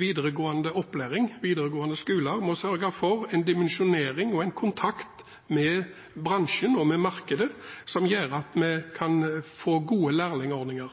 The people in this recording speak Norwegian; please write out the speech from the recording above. videregående opplæring, videregående skoler, må sørge for en dimensjonering og en kontakt med bransjen og med markedet som gjør at vi kan få gode lærlingordninger.